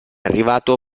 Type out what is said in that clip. arrivato